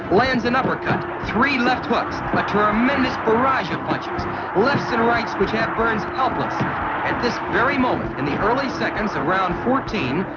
lands an uppercut, three left hooks a tremendous barrage of punches lefts and rights, which have burns helpless. at this very moment, in the early seconds of round fourteen,